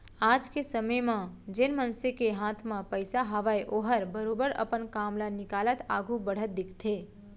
आज के समे म जेन मनसे के हाथ म पइसा हावय ओहर बरोबर अपन काम ल निकालत आघू बढ़त दिखथे